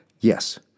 Yes